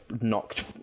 knocked